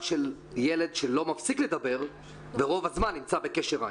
של ילד שלא מפסיק לדבר ורוב הזמן נמצא בקשר עין.